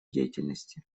деятельности